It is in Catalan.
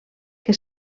que